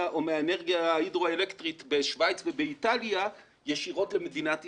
או מהאנרגיה ההידרו-אלקטרית בשוויץ ובאיטליה ישירות למדינת ישראל.